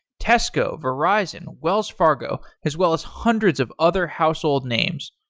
tesco, verizon, wells fargo, as well as hundreds of other household names.